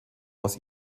aus